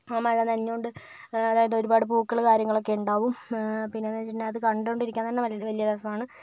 മഴ നനഞ്ഞു കൊണ്ട് അതായത് ഒരുപാട് പൂക്കൾ കാര്യങ്ങളൊക്കെയുണ്ടാകും പിന്നെയെന്ന് വെച്ചിട്ടുണ്ടെങ്കിൽ അത് കണ്ടുകൊണ്ടിരിക്കാൻ തന്നെ വലിയ രസമാണ്